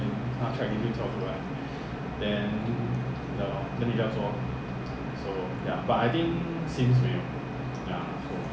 race track